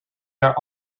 are